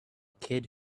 kid